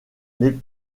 les